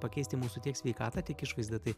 pakeisti mūsų tiek sveikatą tiek išvaizdą tai